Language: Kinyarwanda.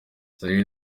zari